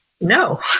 no